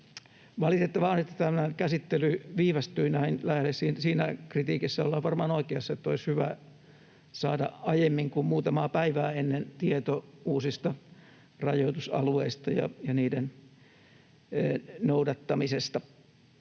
Valitettavaa on, että tämän käsittely viivästyi näin. Siinä kritiikissä ollaan varmaan oikeassa, että olisi hyvä saada aiemmin kuin muutamaa päivää ennen tieto uusista rajoitusalueista ja rajoitusten noudattamisesta.